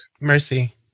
Mercy